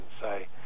say